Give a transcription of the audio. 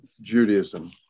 Judaism